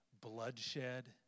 bloodshed